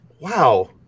Wow